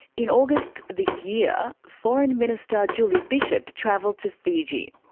in august this year, foreign minister julie bishop travelled to fiji.